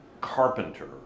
carpenter